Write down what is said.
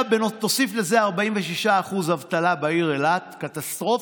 תוסיף לזה 46% אבטלה בעיר אילת, קטסטרופה.